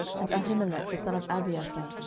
and ahimelech the son of abiathar,